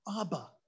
Abba